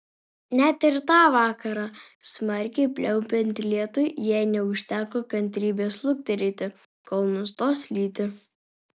net ir tą vakarą smarkiai pliaupiant lietui jai neužteko kantrybės lukterėti kol nustos lyti